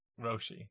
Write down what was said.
Roshi